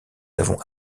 avons